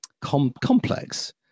complex